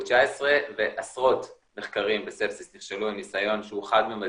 19-COVID ועשרות מחקרים בספסיס נכשלו עם ניסיון שהוא חד ממדי.